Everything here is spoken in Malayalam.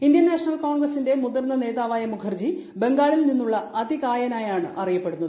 ഇന്ത്യൻ നാഷണൽ കോൺഗ്രസിന്റെ മുതിർന്ന നേതാവായ മുഖർജി ബംഗാളിൽ നിന്നുള്ള അതികായ നായാണ് അറിയപ്പെടുന്നത്